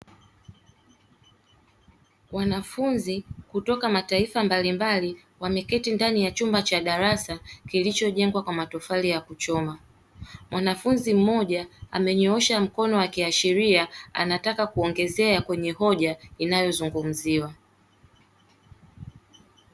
Wanafunzi kutoka mataifa mbalimbali wameketi ndani ya chumba cha darasa, kilichojengwa kwa matofali ya kuchoma. Mwanafunzi mmoja amenyoosha mkono, akiashiria anataka kuongezea kwenye hoja inayozungumziwa.